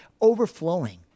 overflowing